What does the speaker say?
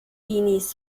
teenies